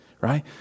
right